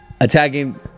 attacking